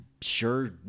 sure